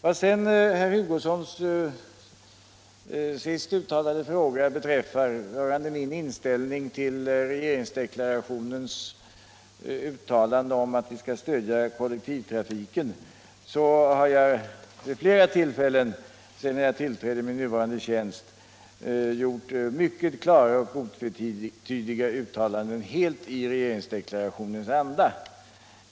Vad beträffar herr Hugossons fråga om min inställning till regeringsdeklarationens uttalande om att vi skall stödja kollektivtrafiken vill jag 39 bara säga att jag vid flera tillfällen sedan jag tillträdde min nuvarande tjänst har gjort mycket klara och otvetydiga uttalanden helt i regeringsdeklarationens anda.